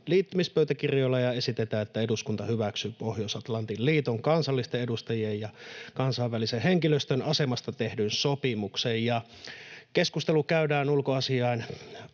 liittymispöytäkirjoilla, ja esitetään, että eduskunta hyväksyy Pohjois-Atlantin liiton, kansallisten edustajien ja kansainvälisen henkilöstön asemasta tehdyn sopimuksen. Keskustelu käydään ulkoasiainvaliokunnan